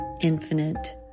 Infinite